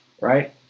right